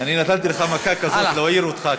אני נתתי לך מכה כזאת להעיר אותך,